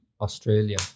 Australia